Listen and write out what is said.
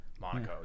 Monaco